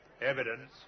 evidence